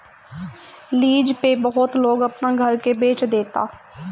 lease पे बहुत लोग अपना घर के बेच देता